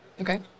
Okay